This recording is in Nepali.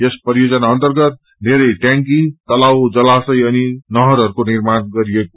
यस परियोजना अर्न्तगत बेरै टयांकी तलाव जलाशय अनि नहरहरूको निर्माण गरियो